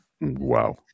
Wow